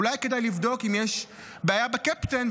אולי כדאי לבדוק אם יש בעיה בקפטן,